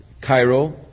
Cairo